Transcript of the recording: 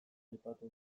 aipatu